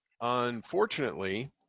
unfortunately